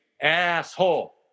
asshole